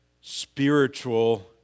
spiritual